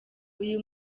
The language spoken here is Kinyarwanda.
uyu